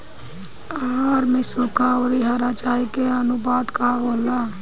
आहार में सुखा औरी हरा चारा के आनुपात का होला?